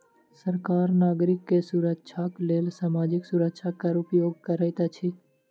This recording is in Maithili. सरकार नागरिक के सुरक्षाक लेल सामाजिक सुरक्षा कर उपयोग करैत अछि